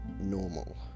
normal